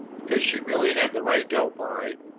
because she really had the right dope, all right,